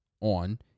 on